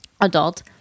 adult